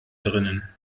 drinnen